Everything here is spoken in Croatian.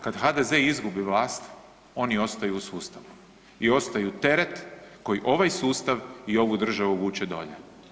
Kad HDZ izgubi vlast, oni ostaju u sustavu i ostaju teret koji ovaj sustav i ovu državu vuče dolje.